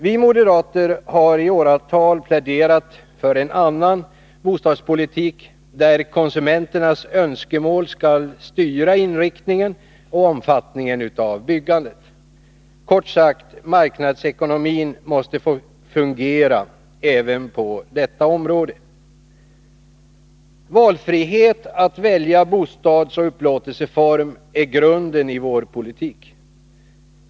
Vi moderater har i åratal pläderat för en annan bostadspolitik, där konsumenternas önskemål skall styra inriktningen och omfattningen av byggandet. Kort sagt: marknadsekonomin måste få fungera även på detta område. Frihet att välja bostadsoch upplåtelseform är grunden i vår politik.